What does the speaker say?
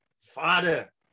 father